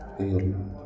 ହେଇଗଲା